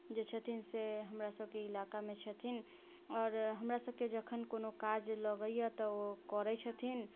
जे छथिन से हमरा सभके इलाकामे छथिन आओर हमरा सभके जखन कोनो काज लगैया तऽ ओ करै छथिन